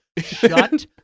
Shut